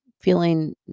feeling